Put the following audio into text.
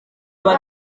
kuba